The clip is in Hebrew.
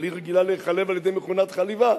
אבל היא רגילה להיחלב על-ידי מכונת חליבה,